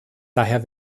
daher